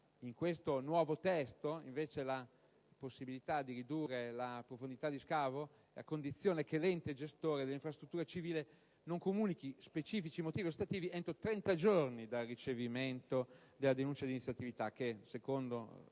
Il nuovo testo prevede la possibilità di ridurre comunque la profondità di scavo, a condizione che l'ente gestore dell'infrastruttura civile non comunichi specifici motivi ostativi entro 30 giorni dal ricevimento della denuncia di inizio attività che, secondo